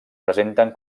presenten